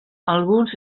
alguns